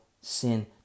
sin